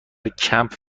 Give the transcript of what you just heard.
کمپ